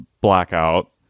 blackout